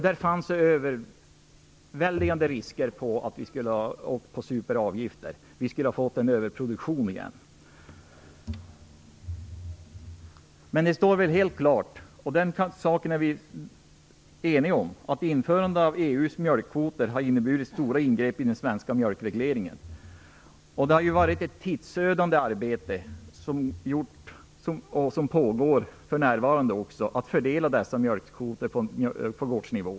Där fanns överväldigande risker för att vi skulle ha åkt på superavgifter. Vi skulle ha fått en överproduktion igen. Men det står väl helt klart, och den saken är vi eniga om, att införandet av EU:s mjölkkvoter har inneburit stora ingrepp i den svenska mjölkregleringen. Det har varit ett tidsödande arbete, som också pågår för närvarande, med att fördela dessa mjölkkvoter på gårdsnivå.